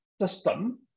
system